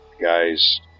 guys